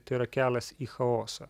tai yra kelias į chaosą